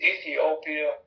Ethiopia